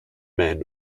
men